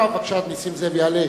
בבקשה, חבר הכנסת נסים זאב יעלה.